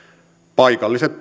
paikalliset